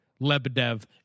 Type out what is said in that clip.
Lebedev